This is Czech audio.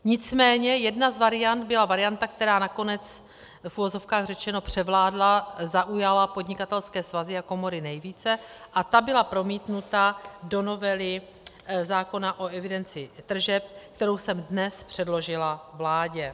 Nicméně jedna z variant byla varianta, která nakonec, v uvozovkách řečeno, převládla, zaujala podnikatelské svazy a komory nejvíce, a ta byla promítnuta do novely zákona o evidenci tržeb, kterou jsem dnes předložila vládě.